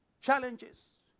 challenges